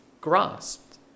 grasped